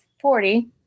Forty